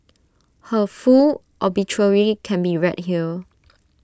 her full obituary can be read here